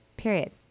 period